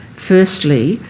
firstly,